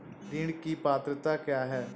ऋण की पात्रता क्या है?